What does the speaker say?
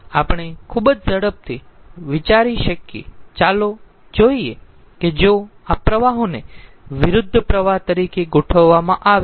આપણે ખુબ જ ઝડપથી વિચારી શકીયે ચાલો જોઈએ કે જો આ પ્રવાહોને વિરુદ્ધ પ્રવાહ તરીકે ગોઠવવામાં આવે તો